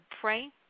pray